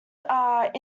are